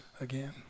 again